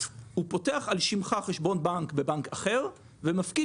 הוא פותח על שמך חשבון בנק בבנק אחר ומפקיד